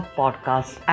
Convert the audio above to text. podcast